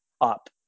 up